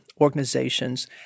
organizations